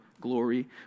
glory